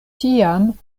tiam